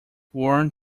worn